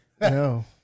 No